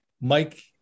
Mike